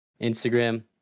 Instagram